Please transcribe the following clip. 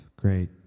Great